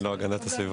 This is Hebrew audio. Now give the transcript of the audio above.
אני לא הגנת הסביבה.